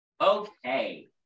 Okay